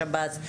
שב"ס,